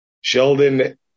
Sheldon